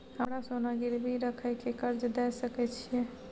हमरा सोना गिरवी रखय के कर्ज दै सकै छिए?